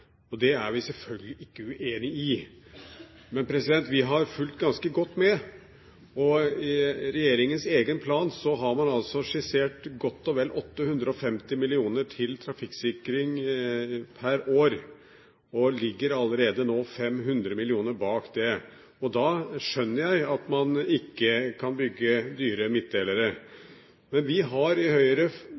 anvendes. Det er vi selvfølgelig ikke uenig i. Men vi har fulgt ganske godt med. I regjeringens egen plan har man altså skissert godt og vel 850 mill. kr til trafikksikring per år, men ligger allerede nå 500 mill. bak det. Da skjønner jeg at man ikke kan bygge dyre midtdelere. Men vi i Høyre har i